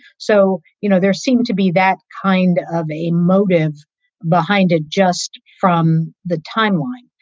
so you know there seem to be that kind of a motive behind it just from the timeline.